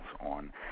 on